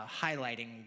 highlighting